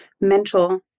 mental